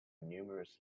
numerous